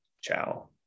ciao